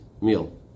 meal